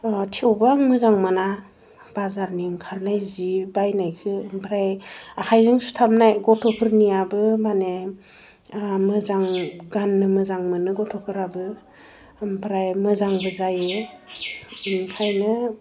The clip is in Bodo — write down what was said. थेवबो आं मोजां मोना बाजारनि ओंखारनाय जि बायनाइखौ ओमफ्राय आखाइजों सुथाबनाय गथ'फोरनियाबो माने ओह मोजां गान्नो मोजां मोनो गथ'फोराबो ओमफ्राय मोजांबो जायो ओंखाइनो